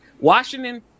Washington